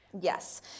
Yes